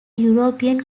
european